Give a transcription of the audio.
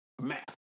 math